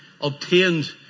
obtained